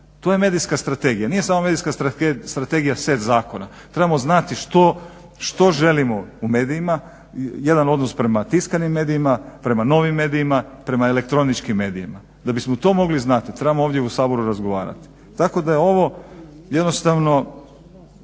To je medijska strategija. Nije samo medijska strategija set zakona. Trebamo znati što želimo u medijima, jedan odnos prema tiskanim medijima, prema novim medijima, prema elektroničkim medijima. Da bismo to mogli znati trebamo ovdje u Saboru razgovarati, tako da je ovo jednostavno